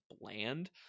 bland